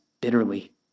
bitterly